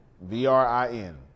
V-R-I-N